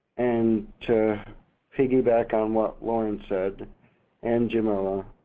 and to piggyback on what lauren said and jamila,